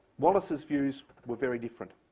wallace's views were very different.